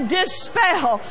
dispel